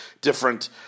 different